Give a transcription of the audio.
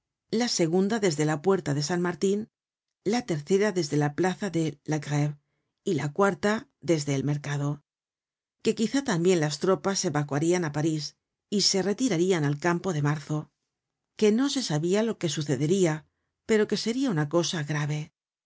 la segunda desde la puerta de san martin la tercera desde la plaza de la greve y la cuarta desde el mercado que quizá tambien las tropas evacuarian á parís y se retirarian al campo de marzo que no se sabia lo que sucederia pero que seria una cosa grave